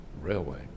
railway